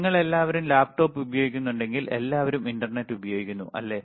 നിങ്ങൾ എല്ലാവരും ലാപ്ടോപ്പ് ഉപയോഗിക്കുന്നുണ്ടെങ്കിൽ എല്ലാവരും ഇന്റർനെറ്റ് ഉപയോഗിക്കുന്നു അല്ലേ